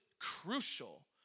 crucial